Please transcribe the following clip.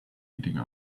eating